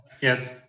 Yes